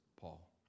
Paul